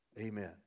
Amen